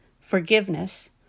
forgiveness